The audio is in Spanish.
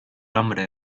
hombre